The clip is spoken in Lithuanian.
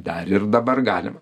dar ir dabar galima